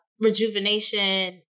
rejuvenation